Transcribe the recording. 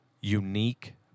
unique